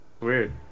Weird